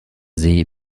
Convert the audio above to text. see